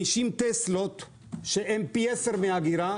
50 טסלות שהן פי 10 מאגירה,